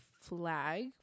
flag